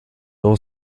auch